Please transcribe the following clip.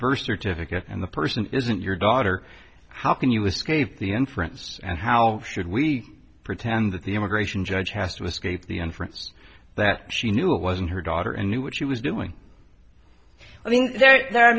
birth certificate and the person isn't your daughter how can you escape the inference and how should we pretend that the immigration judge has to escape the inference that she knew it wasn't her daughter and knew what she was doing i think there